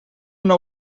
nou